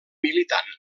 militant